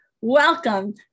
welcome